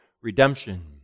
redemption